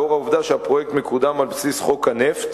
לאור העובדה שהפרויקט מקודם על בסיס חוק הנפט,